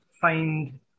find